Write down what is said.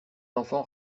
enfants